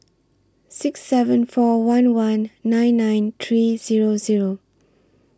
six seven four one one nine nine three Zero Zero